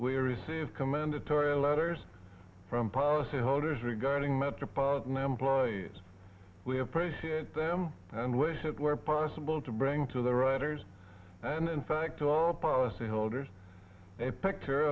we receive commendatory letters from policyholders regarding metropolitan employees we appreciate them and wish it were possible to bring to the writers and in fact all policyholders a picture